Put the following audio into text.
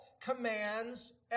commands